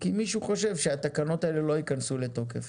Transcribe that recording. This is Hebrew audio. כי מישהו חושב שהתקנות האלה לא ייכנסו לתוקף